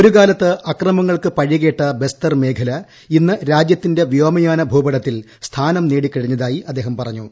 ഒരു കാലത്ത് അക്രമങ്ങൾക്ക് പഴികേട്ട ബസ്തർ മേഖല ഇന്ന് രാജ്യത്തിന്റെ വ്യോമയാന ഭൂപടത്തിൽ സ്ഥാനം നേടിക്കഴിഞ്ഞതായി അദ്ദേഹം പറഞ്ഞു